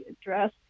address